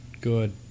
Good